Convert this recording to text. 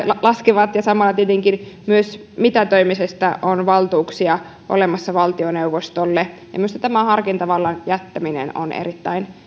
laskevat ja samalla tietenkin myös mitätöimisestä on valtuuksia olemassa valtioneuvostolle minusta tämä harkintavallan jättäminen on erittäin